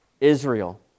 Israel